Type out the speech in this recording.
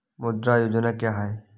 मुद्रा योजना क्या है?